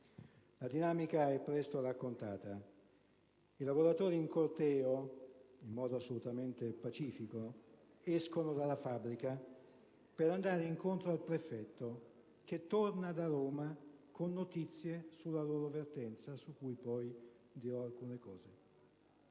La dinamica è presto raccontata. I lavoratori in corteo, in modo assolutamente pacifico, escono dalla fabbrica per andare incontro al prefetto, che torna da Roma con notizie sulla loro vertenza, su cui poi dirò alcune cose.